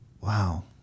wow